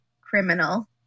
criminal